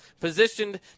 positioned